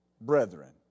brethren